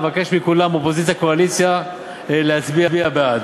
אבקש מכולם, אופוזיציה, קואליציה, להצביע בעד.